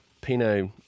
Pinot